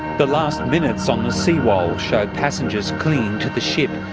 the last minutes on the sewol show passengers clinging to the ship.